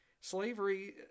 slavery